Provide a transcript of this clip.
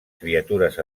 criatures